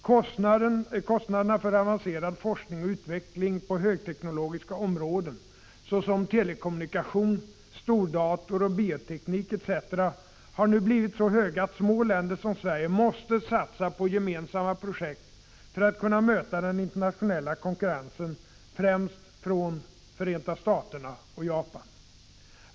Kostnaderna för avancerad forskning och utveckling på högteknologiska områden — telekommunikation, stordator och bioteknik etc. — har nu blivit så höga att små länder som Sverige måste satsa på gemensamma projekt för att kunna möta den internationella konkurrensen främst från Förenta staterna och Japan.